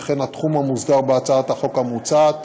וכן התחום המוסדר בהצעת החוק המוצעת,